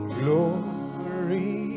glory